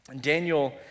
Daniel